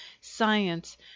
science